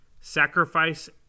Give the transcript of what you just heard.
sacrifice